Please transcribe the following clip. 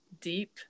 deep